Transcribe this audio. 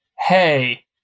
hey